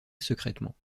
secrètement